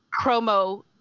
promo